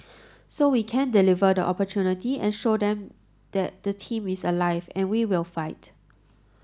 so we can deliver the opportunity and show them that the team is alive and we will fight